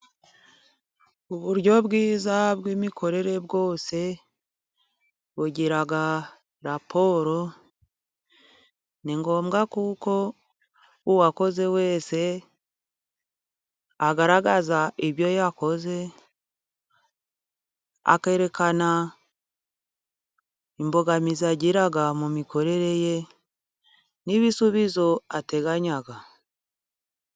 Uburyo bwiza bw'imikorere bwose bugira raporo. Ni ngombwa kuko uwakoze wese agaragaza ibyo yakoze, akerekana imbogamizi agira mu mikorere ye n'ibisubizo ateganya.